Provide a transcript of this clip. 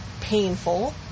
painful